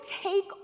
take